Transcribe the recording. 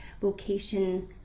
vocation